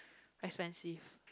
expensive